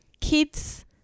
kids